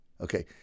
Okay